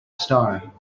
star